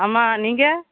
ஆமாம் நீங்கள்